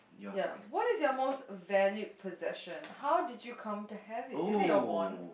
ya what is your most valued possession how did you come to have it is it your wand